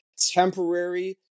temporary